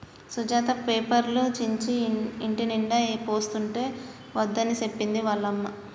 సుజాత పేపర్లు చించి ఇంటినిండా పోస్తుంటే వద్దని చెప్పింది వాళ్ళ అమ్మ